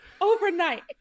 overnight